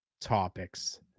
topics